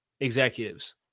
executives